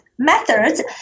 Methods